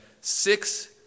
six